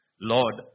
Lord